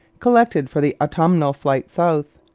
collected for the autumnal flight south.